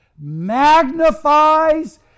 magnifies